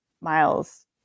miles